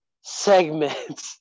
Segment